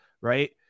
Right